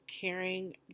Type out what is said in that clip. caring